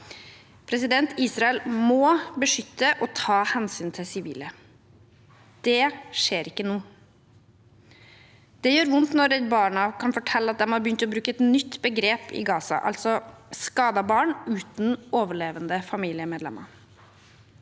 styre. Israel må beskytte og ta hensyn til sivile. Det skjer ikke nå. Det gjør vondt når Redd Barna kan fortelle at de har begynt å bruke et nytt begrep i Gaza, altså «skadet barn uten overlevende familiemedlemmer».